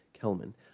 Kelman